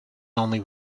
only